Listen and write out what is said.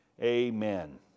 Amen